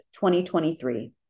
2023